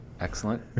Excellent